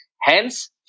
Hence